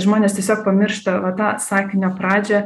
žmonės tiesiog pamiršta va tą sakinio pradžią